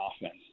offense